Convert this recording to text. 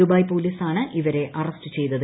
Dubai പോലീസാണ് ഇവരെ arrest ചെയ്തത്